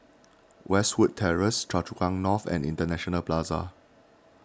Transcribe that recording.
Westwood Terrace Choa Chu Kang North and International Plaza